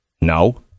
No